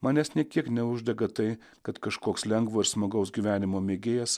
manęs nė kiek neuždega tai kad kažkoks lengvo ir smagaus gyvenimo mėgėjas